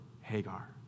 Hagar